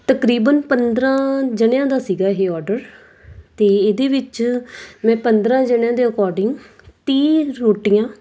ਤਕਰੀਬਨ ਪੰਦਰਾਂ ਜਣਿਆ ਦਾ ਸੀਗਾ ਇਹ ਆਰਡਰ ਅਤੇ ਇਹਦੇ ਵਿੱਚ ਮੈਂ ਪੰਦਰਾਂ ਜਣਿਆ ਦੇ ਅਕੋਰਡਿੰਗ ਤੀਹ ਰੋਟੀਆਂ